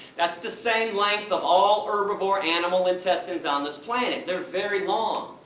that's the same length of all herbivore animal intestines on this planet. they're very long.